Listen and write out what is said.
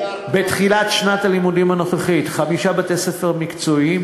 בתחילת שנת הלימודים הנוכחית חמישה בתי-ספר מקצועיים.